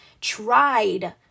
tried